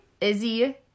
Izzy